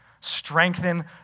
strengthen